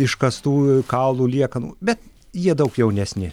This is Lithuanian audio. iškastų kaulų liekanų bet jie daug jaunesni